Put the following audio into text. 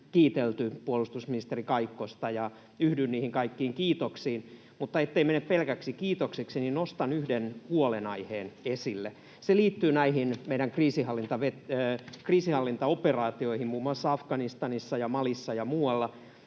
kiitelty puolustusministeri Kaikkosta, ja yhdyn niihin kaikkiin kiitoksiin, mutta ettei mene pelkäksi kiitokseksi, niin nostan yhden huolenaiheen esille. Se liittyy näihin meidän kriisinhallintaoperaatioihin muun muassa Afganistanissa ja Malissa ja muualla: